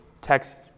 text